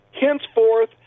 henceforth